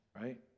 right